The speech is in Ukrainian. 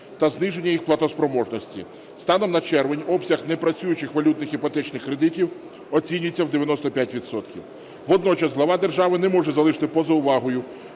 та зниження їх платоспроможності. Станом на червень обсяг непрацюючих валютних іпотечних кредитів оцінюється в 95 відсотків. Водночас глава держави не може залишити поза увагою